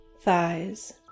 thighs